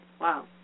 Wow